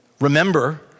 Remember